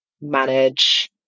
manage